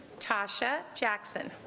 tasha jackson